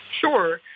Sure